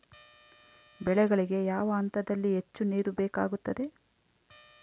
ಬೆಳೆಗಳಿಗೆ ಯಾವ ಹಂತದಲ್ಲಿ ಹೆಚ್ಚು ನೇರು ಬೇಕಾಗುತ್ತದೆ?